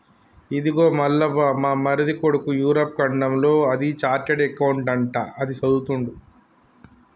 ఇదిగో మల్లవ్వ మా మరిది కొడుకు యూరప్ ఖండంలో అది చార్టెడ్ అకౌంట్ అంట అది చదువుతుండు